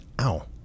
ow